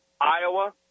Iowa